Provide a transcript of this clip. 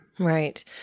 Right